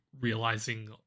realizing